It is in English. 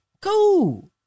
Cool